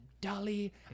dolly